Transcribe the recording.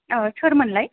ओ सोरमोनलाय